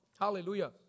Hallelujah